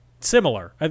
Similar